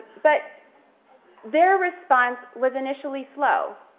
but their response was initially slow,